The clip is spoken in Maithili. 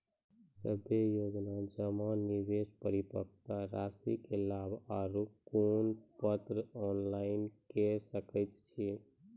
सभे योजना जमा, निवेश, परिपक्वता रासि के लाभ आर कुनू पत्राचार ऑनलाइन के सकैत छी?